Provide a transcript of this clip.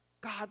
God